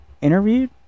interviewed